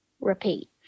Repeat